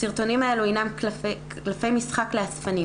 הסרטונים האלה הינם כלפי משחק לאספנים.